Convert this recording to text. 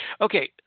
Okay